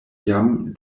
jam